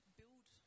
build